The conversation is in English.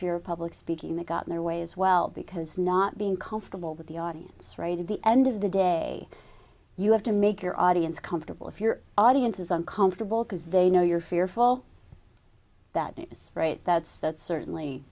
of public speaking they got in their way as well because not being comfortable with the audience right at the end of the day you have to make your audience comfortable if your audience is uncomfortable because they know you're fearful that news that's that's certainly